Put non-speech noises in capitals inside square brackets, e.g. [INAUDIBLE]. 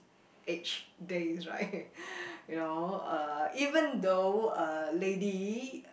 age days right [LAUGHS] you know uh even though uh lady